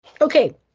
Okay